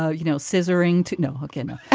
ah you know, scissoring to know know ah